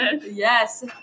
Yes